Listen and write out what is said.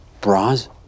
bras